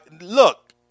Look